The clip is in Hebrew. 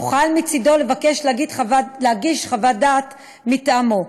יוכל מצדו לבקש להגיש חוות דעת מטעמו,